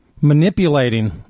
manipulating